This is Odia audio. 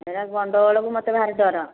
ହେରା ଗଣ୍ଡଗୋଳକୁ ମୋତେ ଭାରି ଡର